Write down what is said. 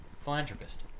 philanthropist